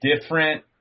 different